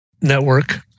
network